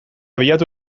bilatu